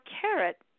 carrot